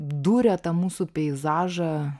duria tą mūsų peizažą